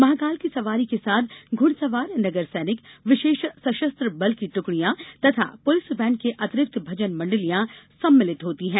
महाकाल की सवारी के साथ घुड़सवार नगर सैनिक विशेष सशस्त्र बल की टुकड़ियां तथा पुलिस बैंड के अतिरिक्त भजन मंडलियां सम्मिलित होती हैं